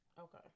Okay